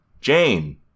Jane